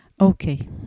Okay